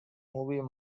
movie